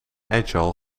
agile